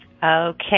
Okay